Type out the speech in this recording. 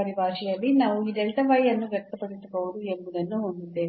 ಪರಿಭಾಷೆಯಲ್ಲಿ ನಾವು ಈ ಅನ್ನು ವ್ಯಕ್ತಪಡಿಸಬಹುದು ಎಂಬುದನ್ನು ಹೊಂದಿದ್ದೇವೆ